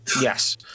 Yes